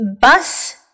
Bus